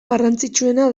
garrantzitsuena